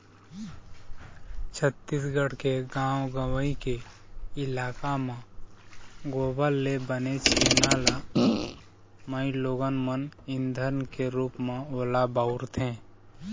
छत्तीसगढ़ के गाँव गंवई के इलाका म गोबर ले बने छेना ल माइलोगन मन ईधन के रुप म ओला बउरथे